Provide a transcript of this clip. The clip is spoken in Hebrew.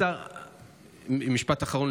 משפט אחרון,